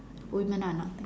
women are nothing